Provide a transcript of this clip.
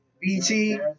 BT